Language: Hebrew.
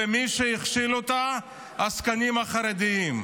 ומי שהכשיל אותה זה העסקנים החרדים.